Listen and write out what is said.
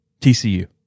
TCU